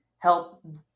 help